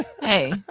Hey